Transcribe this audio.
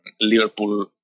Liverpool